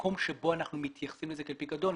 מקום שבו אנחנו מתייחסים לזה כאל פיקדון.